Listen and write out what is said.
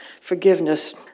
forgiveness